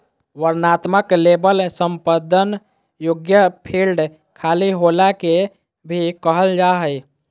वर्णनात्मक लेबल संपादन योग्य फ़ील्ड खाली होला के भी कहल जा हइ